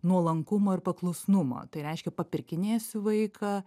nuolankumo ir paklusnumo tai reiškia papirkinėsiu vaiką